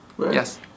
Yes